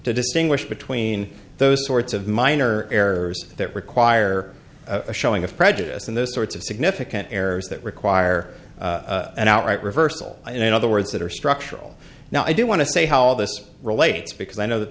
to distinguish between those sorts of minor errors that require a showing of prejudice and those sorts of significant errors that require an outright reversal in other words that are structural now i do want to say how this relates because i know that